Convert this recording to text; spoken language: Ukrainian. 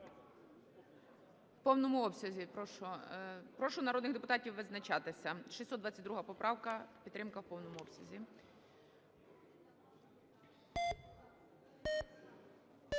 В повному обсязі. Прошу народних депутатів визначатися, 622 поправка, підтримка в повному обсязі.